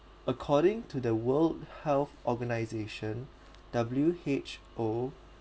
according to the world health organisation W_H_O